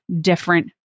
different